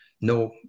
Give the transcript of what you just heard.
no